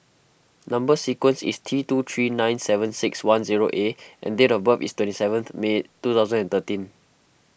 Number Sequence is T two three nine seven six one zero A and date of birth is twenty seventh May two thousand and thirteen